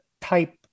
type